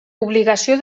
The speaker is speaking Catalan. obligació